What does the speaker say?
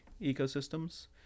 ecosystems